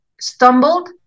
stumbled